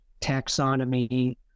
taxonomy